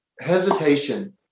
hesitation